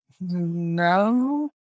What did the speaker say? no